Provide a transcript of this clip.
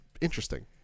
interesting